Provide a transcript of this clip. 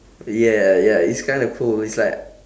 ya ya ya it's kinda cool it's like